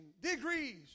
degrees